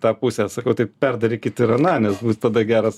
tą pusę tai perdarykit ir aną nes bus tada geras